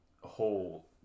whole